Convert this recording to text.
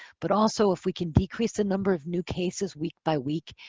but also, if we can decrease the number of new cases week by week,